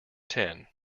ten